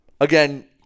Again